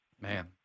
Man